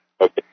Okay